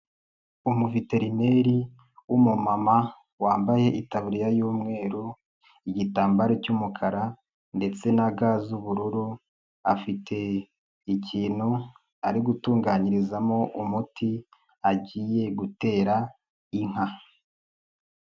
Umuveterineri w'umumama wambaye itaburiya y'umweru, igitambaro cy'umukara ndetse na ga z'ubururu afite ikintu ari gutunganyirizamo umuti agiye gutera inka.